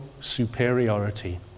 superiority